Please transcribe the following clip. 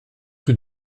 rue